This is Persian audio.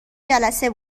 جلسه